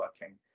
working